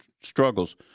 struggles